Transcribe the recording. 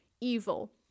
evil